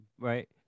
right